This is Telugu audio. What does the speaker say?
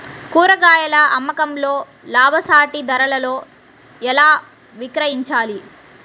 కూరగాయాల అమ్మకంలో లాభసాటి ధరలలో ఎలా విక్రయించాలి?